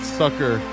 sucker